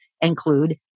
include